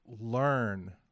learn